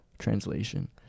translation